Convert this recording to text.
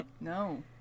No